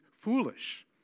foolish